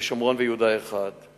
ויהודה ושומרון, אחד.